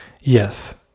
Yes